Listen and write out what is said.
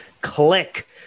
click